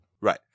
Right